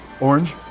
Orange